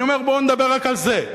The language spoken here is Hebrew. אני אומר: בואו נדבר רק על זה.